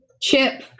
Chip